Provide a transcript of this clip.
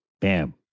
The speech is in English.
Bam